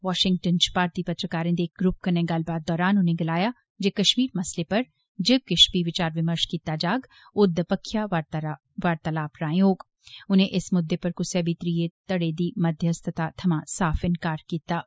Washington च भारतीय पत्रकारें दे इक ग्रुप कन्नै गल्लबात दरान उनें गलाया जे कश्मीर मसले उप्पर जो किश बी बचार बमर्श कीता जाग ओह् दपक्खी वार्तालाप राएं होग उनें इस मुद्दे उप्पर कुसा बी त्रीयै धड़े दी मध्यस्तता थमां साफ इंकार कीता ऐ